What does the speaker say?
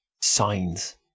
signs